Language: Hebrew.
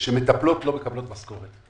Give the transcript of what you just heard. שמטפלות לא מקבלות משכורת.